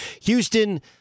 Houston